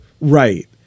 Right